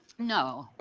no.